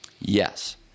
yes